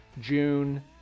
June